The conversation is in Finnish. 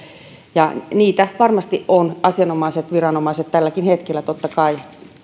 varmasti asianomaiset viranomaiset tälläkin hetkellä totta kai